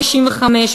95,